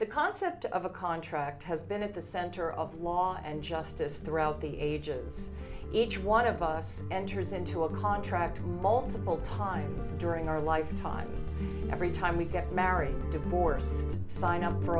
the concept of a contract has been at the center of law and justice throughout the ages each one of us enters into a contract multiple times during our life time every time we get married divorced sign up for